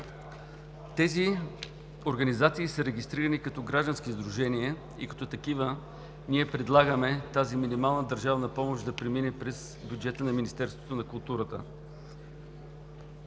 Тези организации са регистрирани като граждански сдружения и ние предлагаме минималната държавна помощ да премине през бюджета на Министерството на културата.